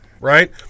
right